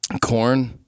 corn